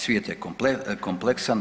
Svijet je kompleksan.